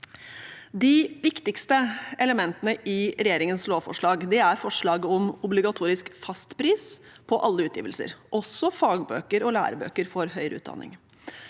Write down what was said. De viktigste elementene i regjeringens lovforslag er forslaget om obligatorisk fastpris på alle utgivelser, også fagbøker og lærebøker for høyere utdanning.